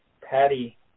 Patty